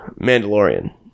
Mandalorian